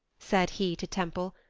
said he to temple,